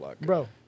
bro